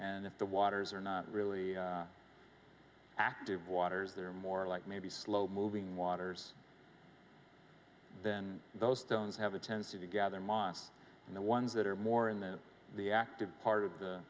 and if the waters are not really active waters there are more like maybe slow moving waters then those stones have a tendency to gather moss and the ones that are more in the the active part of the